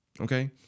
okay